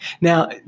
Now